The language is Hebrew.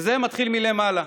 וזה מתחיל מלמעלה.